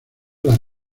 las